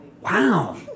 Wow